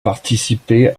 participé